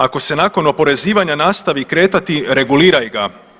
Ako se nakon oporezivanja nastavi kretati reguliraj ga.